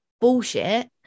bullshit